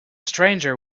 stranger